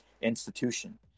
institution